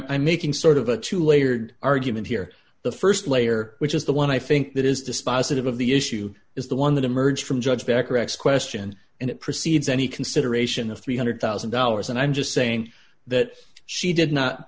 i'm making sort of a two layered argument here the st layer which is the one i think that is dispositive of the issue is the one that emerged from judge bacharach's question and it precedes any consideration of three hundred thousand dollars and i'm just saying that she did not